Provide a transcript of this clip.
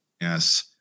Yes